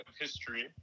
history